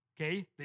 Okay